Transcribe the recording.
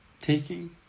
taking